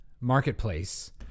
marketplace